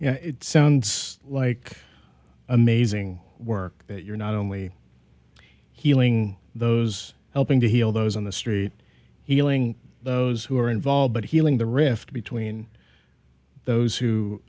know sounds like amazing work you're not only healing those helping to heal those on the street healing those who are involved but healing the rift between those who